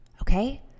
okay